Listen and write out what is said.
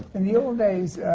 in the old days,